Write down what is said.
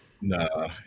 No